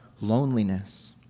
loneliness